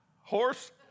Horse